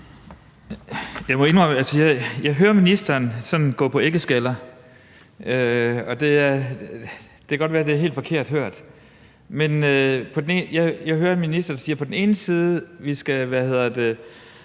jeg hører ministeren gå på æggeskaller, og det kan godt være, at det er helt forkert hørt. Jeg hører på den ene side, at ministeren